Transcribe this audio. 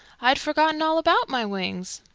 i had forgotten all about my wings.